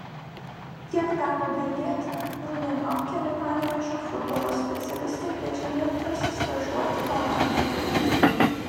kiek teko girdėti rudeniop keli panevėžio futbolo specialistai kviečiami pasistažuoti olandijoje